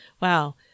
Wow